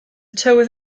tywydd